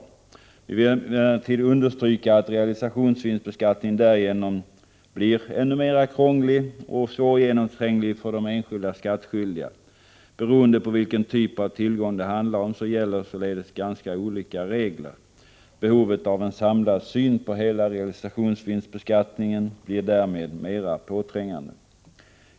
Vi vill emellertid understryka att realisationsvinstbeskattningen därigenom blir ännu mera krånglig och svårgenomtränglig för de enskilda skattskyldiga. Beroende på vilken typ av tillgång det handlar om, gäller således ganska olika regler. Behovet av en samlad syn på hela realisationsbeskattningen blir därmed mera påträngande.